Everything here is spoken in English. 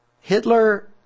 Hitler